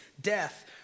death